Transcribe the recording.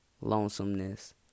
lonesomeness